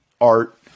art